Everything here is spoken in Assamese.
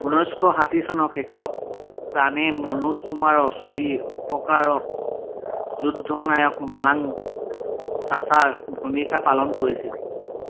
ঊনৈছশ ষাঠি চনৰ শেষত প্ৰাণে মনোজ কুমাৰৰ ছবি উপকাৰ ত যুদ্ধৰ নায়ক মালাং চাচাৰ ভূমিকা পালন কৰিছিল